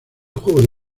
juego